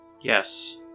Yes